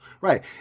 Right